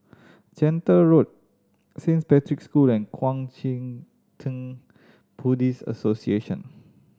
Gentle Road Saint Patrick's School and Kuang Chee Tng Buddhist Association